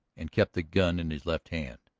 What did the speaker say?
and kept the gun in his left hand.